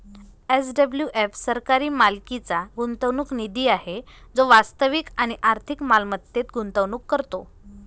SWF सरकारी मालकीचा गुंतवणूक निधी आहे जो वास्तविक आणि आर्थिक मालमत्तेत गुंतवणूक करतो